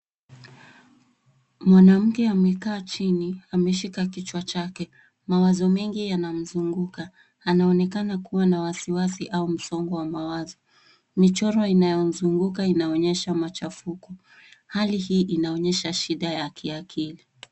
Mwanamke amekaa chini, ameshika kichwa chake. Mawazo mengi yanamzunguka. Anaonekana kuwa na wasiwasi au msongo wa mawazo. Michoro inayamzunguka inaonyesha machafuko. Hali hii inaonyesha shida ya kiakili.